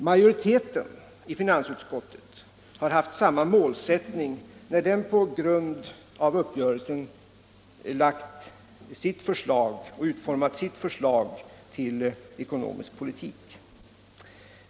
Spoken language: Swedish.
Majoriteten i finansutskottet har haft samma målsättning när den på den grund uppgörelsen lagt utformat sitt förslag till ekonomisk politik.